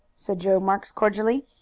said joe marks cordially.